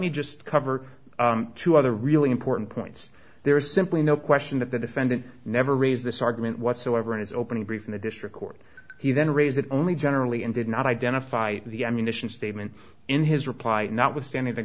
me just cover two other really important points there is simply no question that the defendant never raised this argument whatsoever in his opening brief in the district court he then raise it only generally and did not identify the ammunition statement in his reply notwithstanding the